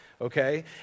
Okay